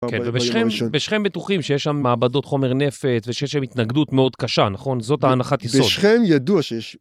ובשכם בטוחים שיש שם מעבדות חומר נפט ושיש שם התנגדות מאוד קשה נכון זאת ההנחת יסוד.